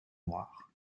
noires